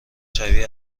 شبیه